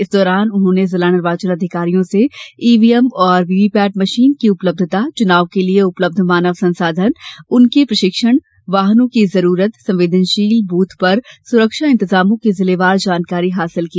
इस दौरान उन्होंने जिला निर्वाचन अधिकारियों से ईवीएम एवं वीवीपैट मशीन की उपलब्यता चुनाव के लिए उपलब्य मानव संसाधन उनके प्रशिक्षण वाहनों की जरूरत संवेदनषीन ब्रथ पर सुरक्षा इंतजामों की जिलेवार जानकारी हासिल की